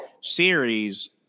series